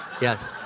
Yes